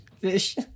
fish